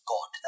God